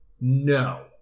No